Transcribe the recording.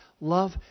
love